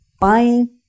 buying